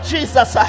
Jesus